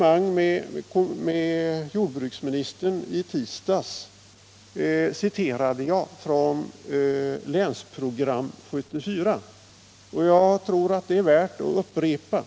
I en diskussion med jordbruksministern i tisdags citerade jag ur Länsprogram-74, och jag tror att det är värdefullt att göra en upprepning.